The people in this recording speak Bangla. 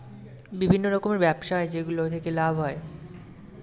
বিভিন্ন রকমের ব্যবসা হয় যেগুলো থেকে লাভ হয়